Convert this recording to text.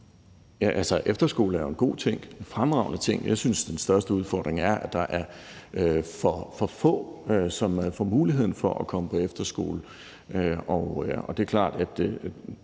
Efterskole er jo en god ting, en fremragende ting. Jeg synes, at den største udfordring er, at der er for få, som får muligheden for at komme på efterskole.